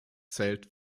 zählt